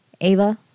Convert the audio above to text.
Ava